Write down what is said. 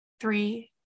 three